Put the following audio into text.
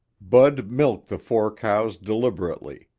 bud milked the four cows deliberately,